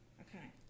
Okay